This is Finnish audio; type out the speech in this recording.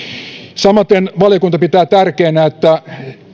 samaten valiokunta pitää tärkeänä että